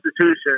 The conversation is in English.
institution